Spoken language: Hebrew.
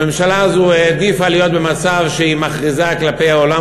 הממשלה הזו העדיפה להיות במצב שהיא מכריזה כלפי העולם